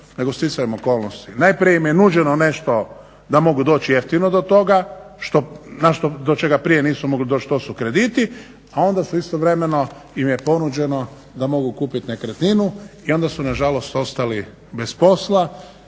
nego stjecajem okolnosti. Najprije im je nuđeno nešto da mogu doći jeftino do toga do čega prije nisu mogli doći, to su krediti, a onda istovremeno im je ponuđeno da mogu kupit nekretninu i onda su nažalost ostali bez posla